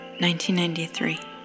1993